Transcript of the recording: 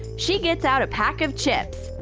she gets out a pack of chips.